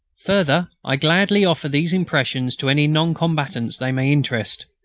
further, i gladly offer these impressions to any non-combatants they may interest.